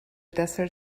desert